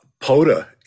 POTA